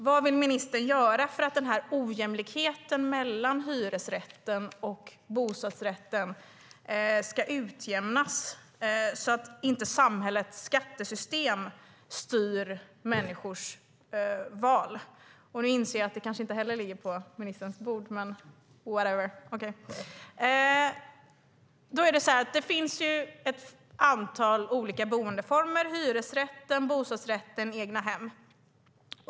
Vad vill ministern göra för att ojämlikheten mellan hyresrätten och bostadsrätten ska utjämnas så att inte samhällets skattesystem styr människors val? Nu inser jag att denna fråga kanske inte heller ligger på ministerns bord - whatever! Det finns ett antal olika boendeformer: hyresrätten, bostadsrätten och egnahem.